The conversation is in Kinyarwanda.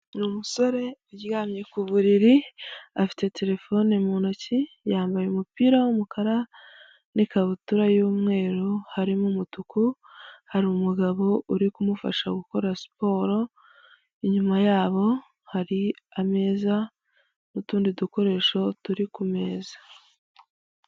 Ni umusore aryamye ku buriri afite terefone mu ntoki yambaye umupira w'umukara n'ikabutura y'umweru harimo umutuku hariru umugabo uri kumufasha gukora siporo inyuma yabo hari ameza n'utundi dukoresho turi ku meza.